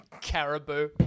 Caribou